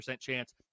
chance